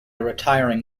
retiring